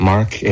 Mark